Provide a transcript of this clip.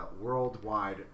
worldwide